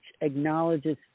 acknowledges